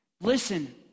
Listen